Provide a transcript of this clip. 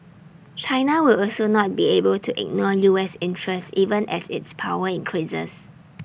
China will also not be able to ignore U S interests even as its power increases